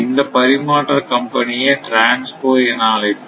இந்த பரிமாற்ற கம்பெனியை TRANSCO என அழைப்போம்